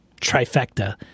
trifecta